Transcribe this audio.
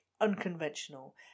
unconventional